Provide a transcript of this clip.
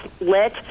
lit